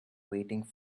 waiting